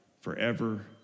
forever